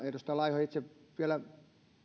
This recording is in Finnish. edustaja laiho itse vielä